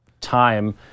time